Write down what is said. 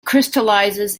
crystallizes